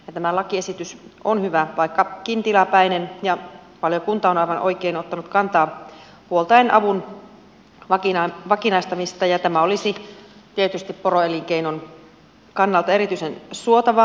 tämä lakiesitys on hyvä vaikkakin tilapäinen ja valiokunta on aivan oikein ottanut kantaa puoltaen avun vakinaistamista ja tämä olisi tietysti poroelinkeinon kannalta erityisen suotavaa